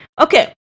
Okay